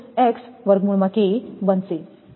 આ સમીકરણ 7